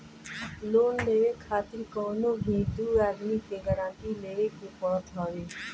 loan लेवे खातिर कवनो भी दू आदमी के गारंटी देवे के पड़त हवे